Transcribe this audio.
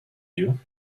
you